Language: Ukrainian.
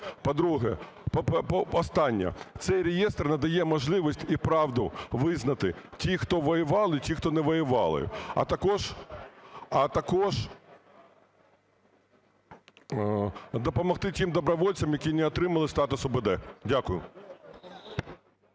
По-друге. Останнє. Цей реєстр надає можливість і правду визнати, ті, хто воювали, і ті, хто не воювали. А також допомогти тим добровольцям, які не отримали статус УБД. Дякую.